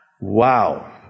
Wow